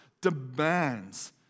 demands